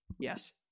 Yes